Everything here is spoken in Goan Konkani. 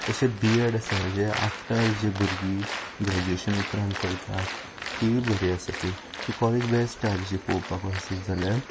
तशेंत बी एड आसा जे आफटर जी भुरगीं ग्रेजूएशन उपरांत करतात ती बरी आसा थंय ती कॉलेज बेश्ट आसा तशी पळोवपाक वचत जाल्यार